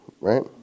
right